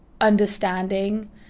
understanding